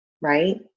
right